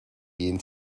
gehen